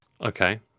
Okay